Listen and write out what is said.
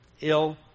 ill